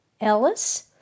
Ellis